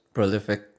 Prolific